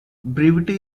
brevity